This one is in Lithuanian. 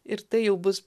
ir tai jau bus